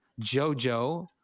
JoJo